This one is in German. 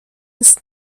ist